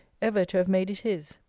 ever to have made it his.